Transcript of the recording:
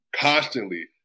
constantly